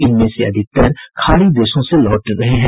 इनमें से अधिकतर खाड़ी देशों से लौट रहे हैं